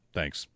Thanks